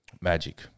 Magic